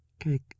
Cake